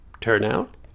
turnout